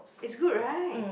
is good right